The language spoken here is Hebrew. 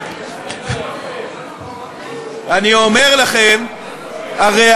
אני אומר לכם, הרי